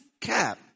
cap